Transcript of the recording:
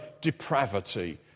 depravity